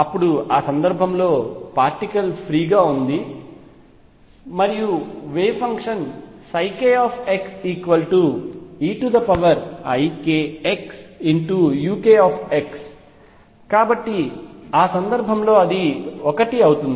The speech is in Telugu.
అప్పుడు ఆ సందర్భంలో పార్టికల్ ఫ్రీ గా ఉంది మరియు వేవ్ ఫంక్షన్ kxeikxuk కాబట్టి ఆ సందర్భంలో అది 1 అవుతుంది